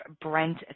Brent